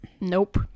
Nope